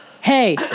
Hey